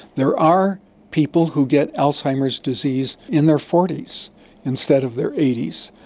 there are people who get alzheimer's disease in their forty s instead of their eighty s,